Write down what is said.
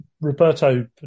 Roberto